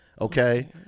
okay